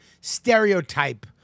stereotype